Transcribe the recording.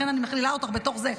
לכן אני מכלילה אותך בתוך זה.